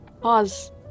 Pause